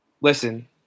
Listen